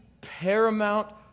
paramount